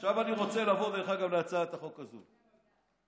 עכשיו אני רוצה לעבור להצעת החוק הזאת שהגשתי.